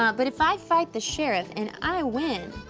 um but if i fight the sheriff and i win,